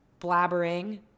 blabbering